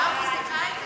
התשע"ה 2015,